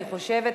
אני חושבת,